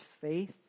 faith